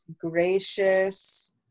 gracious